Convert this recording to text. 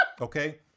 okay